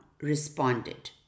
responded